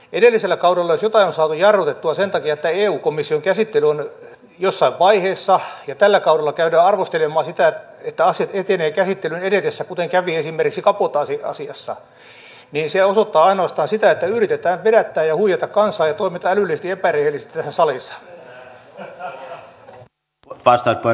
edellisellä kaudella jos jotain on saatu jarrutettua sen takia että eu komission käsittely on jossain vaiheessa ja tällä kaudella käydään arvostelemaan sitä että asiat etenevät käsittelyn edetessä kuten kävi esimerkiksi kabotaasiasiassa niin se osoittaa ainoastaan sitä että yritetään vedättää ja huijata kansaa ja toimitaan älyllisesti epärehellisesti tässä salissa